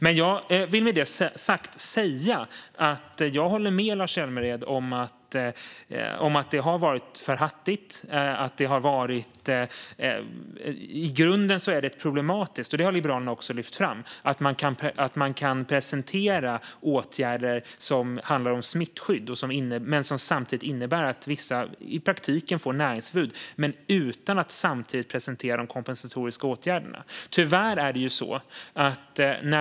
Men jag vill säga att jag håller med Lars Hjälmered om att det har varit för hattigt. I grunden är det problematiskt - och det har Liberalerna lyft fram - att man kan presentera åtgärder som handlar om smittskydd och som innebär att vissa i praktiken får näringsförbud utan att samtidigt presentera de kompensatoriska åtgärderna.